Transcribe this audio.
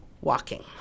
walking